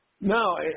No